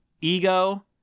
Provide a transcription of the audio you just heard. ego